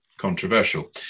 controversial